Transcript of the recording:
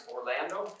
Orlando